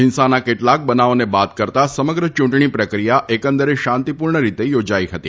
ફિંસાના કેટલાક બનાવોને બાદ કરતા સમગ્ર ચૂંટણી પ્રક્રિયા એકંદરે શાંતિપૂર્ણ રીતે યોજાઈ ફતી